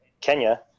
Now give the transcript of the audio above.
kenya